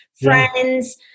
friends